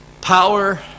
Power